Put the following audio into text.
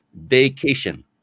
vacation